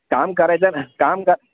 काम करायचं नाही काम क